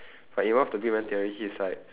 but in one of the big bang theory he's like